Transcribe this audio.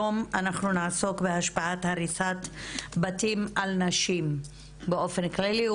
אנחנו נעסוק היום בהשפעת הריסת בתים על נשים באופן כללי,